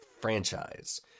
franchise